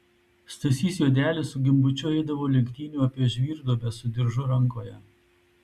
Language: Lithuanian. stasys juodelis su gimbučiu eidavo lenktynių apie žvyrduobę su diržu rankoje